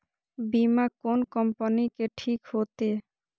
बीमा कोन कम्पनी के ठीक होते?